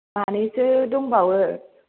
मानैसो दंबावयो